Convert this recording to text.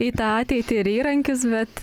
į tą ateitį ir įrankius bet